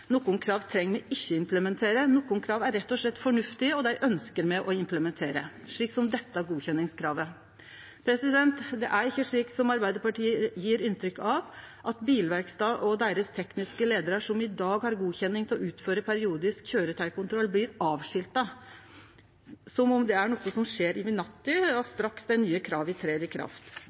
Nokon krav treng me ikkje implementere. Nokre krav er rett og slett fornuftige, og dei ønskjer me å implementere – slik som dette godkjenningskravet. Det er ikkje slik som Arbeidarpartiet gjev inntrykk av, at bilverkstader og deira tekniske leiarar som i dag har godkjenning til å utføre periodisk køyretøykontroll, blir «avskilta» – som om det er noko som skjer over natta, straks dei nye krava trer i kraft.